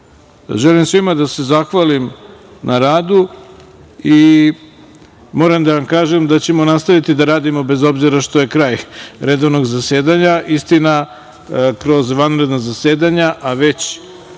reda. Želim svima da se zahvalim na radu i moram da vam kažem da ćemo da nastavimo da radimo, bez obzira što je kraj redovnog zasedanja, istina, kroz vanredna zasedanja, kao